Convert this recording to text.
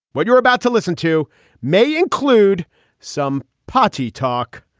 what you're about to listen to may include some party talk.